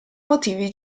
motivi